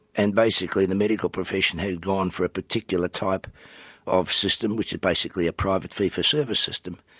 and basically the medical profession who'd gone for a particular type of system, which is basically a private fee for service system,